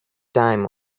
time